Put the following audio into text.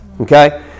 Okay